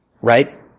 Right